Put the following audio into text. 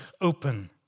open